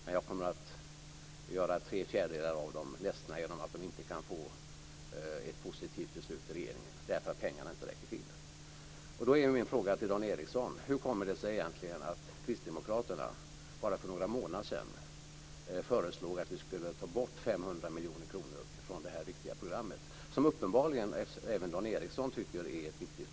Men jag kommer att göra tre fjärdedelar av dem ledsna genom att de inte kan få ett positivt beslut från regeringen eftersom pengarna inte räcker till. Då är min fråga till Dan Ericsson: Hur kommer det sig egentligen att kristdemokraterna bara för några månader sedan föreslog att vi skulle ta bort 500 miljoner kronor från det här viktiga programmet, som även Dan Ericsson uppenbarligen tycker är viktigt?